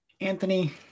Anthony